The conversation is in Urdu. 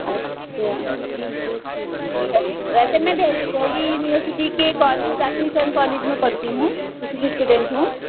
اچھا ویسے میں دلی دلی یونیورسٹی کے کالج ذاکر حسین کالج میں پڑھتی ہوں اسی کی اسٹوڈنٹ ہوں